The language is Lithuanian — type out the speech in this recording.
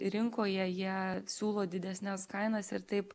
rinkoje jie siūlo didesnes kainas ir taip